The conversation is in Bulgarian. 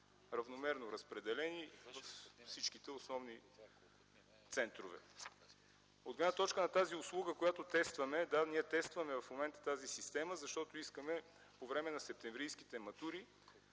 равномерно разпределени във всички основни центрове. От гледна точка на услугата, която тестваме, да, ние тестваме в момента тази система, защото искаме по време на септемврийските матури